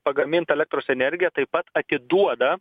pagamintą elektros energiją taip pat atiduoda